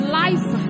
life